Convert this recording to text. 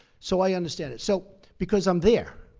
so i understand it so because i'm there.